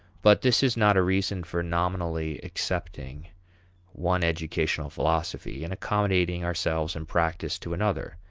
but this is not a reason for nominally accepting one educational philosophy and accommodating ourselves in practice to another.